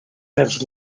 vers